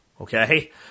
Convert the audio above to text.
Okay